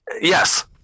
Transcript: Yes